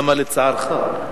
למה לצערך?